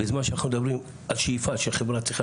בזמן שאנחנו מדברים על השאיפה שהחברה צריכה